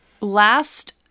last